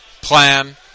plan